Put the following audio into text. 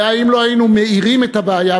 ואם לא היינו מאירים את הבעיה,